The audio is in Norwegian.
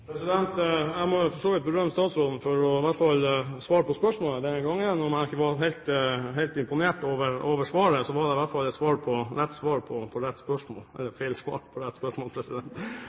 vidt berømme statsråden for i hvert fall å svare på spørsmålet denne gangen. Om jeg ikke var helt imponert over svaret, var det i hvert fall feil svar på rett spørsmål. Det jeg opplever at statsråden ikke adresserer, er hvorvidt man ikke nå bør se på